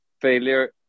failure